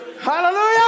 Hallelujah